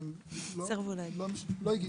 לא הגיעו.